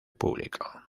público